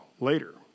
later